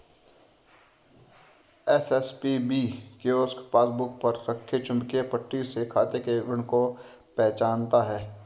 SSPBP kiosk passbook पर रखे चुंबकीय पट्टी से खाते के विवरण को पहचानता है